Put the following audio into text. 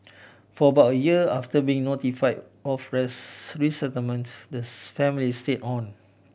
for about a year after being notify of resettlement the family stayed on